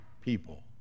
people